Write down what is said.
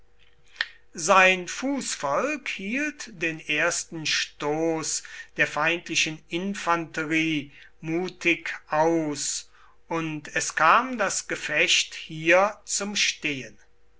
sein fußvolk hielt den ersten stoß der feindlichen infanterie mutig aus und es kam das gefecht hier zum stehen